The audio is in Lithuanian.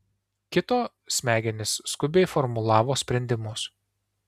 kito smegenys skubiai formulavo sprendimus